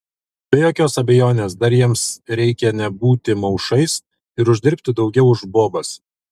be jokios abejonės dar jiems reikia nebūti maušais ir uždirbti daugiau už bobas